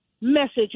message